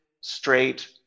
straight